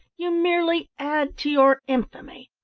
you merely add to your infamy.